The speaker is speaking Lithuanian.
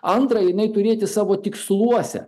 antra jinai turėti savo tiksluose